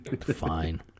Fine